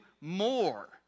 more